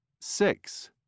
six